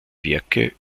werke